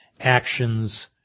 actions